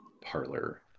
parlor